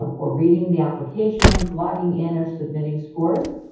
ah or reading the applications, logging in, or submitting scores.